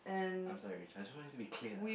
I'm sorry I just want it to be clear